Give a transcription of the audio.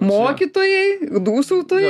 mokytojai dūsautojai